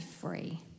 free